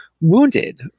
wounded